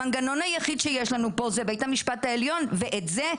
המנגנון היחיד שיש לנו פה זה בית המשפט העליון ואת זה,